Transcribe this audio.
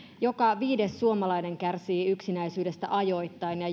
joka viides suomalainen kärsii yksinäisyydestä ajoittain ja